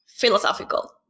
philosophical